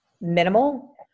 minimal